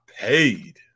paid